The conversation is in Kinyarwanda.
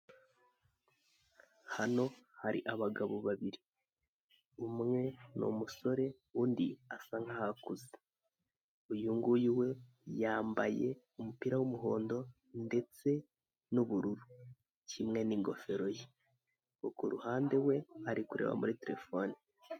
Hano hari abagabo babiri, umwe ni umusore undi asa nkaho akuze, uyu nguyu we yambaye umupira w'umuhondo ndetse n'ubururu kimwe n'ingofero ye, uwo ku ruhande we ari kureba muri terefone.